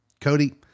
Cody